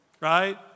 right